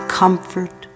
comfort